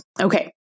Okay